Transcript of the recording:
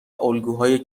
الگوهای